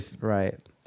right